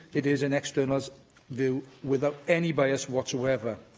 it is an external's view, without any bias whatsoever,